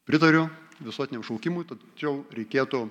pritariu visuotiniam šaukimui tačiau reikėtų